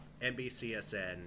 NBCSN